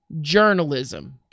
journalism